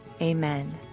Amen